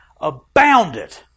abounded